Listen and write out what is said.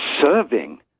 serving